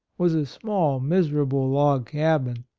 was a small miserable log cabin,